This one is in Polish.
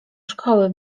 szkoły